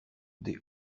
des